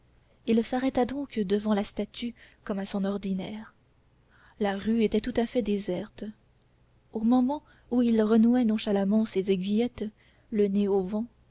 il s'arrêta donc devant la statue comme à son ordinaire la rue était tout à fait déserte au moment où il renouait nonchalamment ses aiguillettes le nez au vent